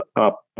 up